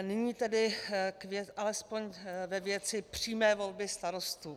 Nyní tedy alespoň ve věci přímé volby starostů.